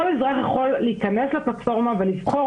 כל אזרח יכול להיכנס לפלטפורמה ולבחור